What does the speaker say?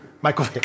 Michael